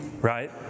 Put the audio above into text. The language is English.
right